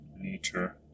nature